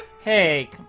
Hey